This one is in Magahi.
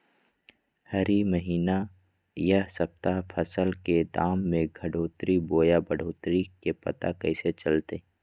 हरी महीना यह सप्ताह फसल के दाम में घटोतरी बोया बढ़ोतरी के पता कैसे चलतय?